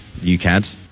UCAD